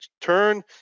turn